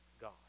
God